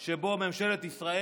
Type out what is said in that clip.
שבו ממשלת ישראל